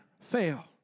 fail